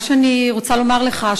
מה שאני רוצה לומר לך,